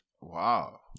Wow